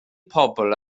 pobl